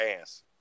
ass